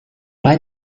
bei